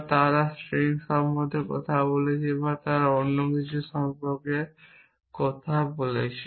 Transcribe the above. বা তারা স্ট্রিং সম্পর্কে কথা বলছে বা তারা অন্য কিছু সম্পর্কে কথা বলছে